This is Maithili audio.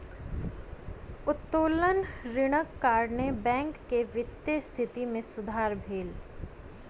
उत्तोलन ऋणक कारणेँ बैंक के वित्तीय स्थिति मे सुधार भेल